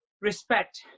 respect